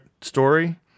story